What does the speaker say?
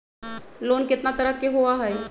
Loan केतना तरह के होअ हई?